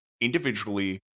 individually